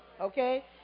okay